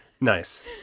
Nice